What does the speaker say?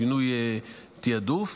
שינוי תיעדוף.